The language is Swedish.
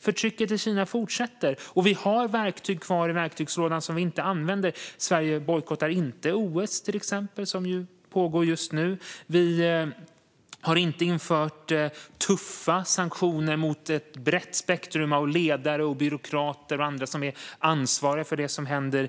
Förtrycket i Kina fortsätter. Men i verktygslådan har vi kvar verktyg som vi inte använder. Sverige bojkottar inte OS, som pågår just nu. Vi har inte infört tuffa sanktioner mot ett brett spektrum av ledare, byråkrater och andra som är ansvariga för det som händer i Kina.